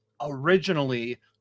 originally